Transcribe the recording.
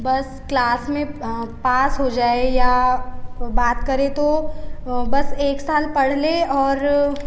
बस क्लास में पास हो जाए या बात करें तो एक साल पढ़ लें और